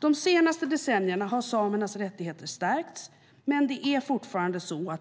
De senaste decennierna har samernas rättigheter stärkts, men det förekommer